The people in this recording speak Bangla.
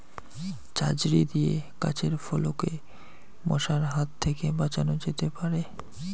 ঝাঁঝরি দিয়ে গাছের ফলকে মশার হাত থেকে বাঁচানো যেতে পারে?